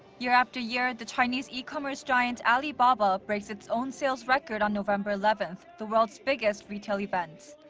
year after year, the chinese e-commerce giant alibaba breaks its own sales record on november eleventh. the world's biggest retail event.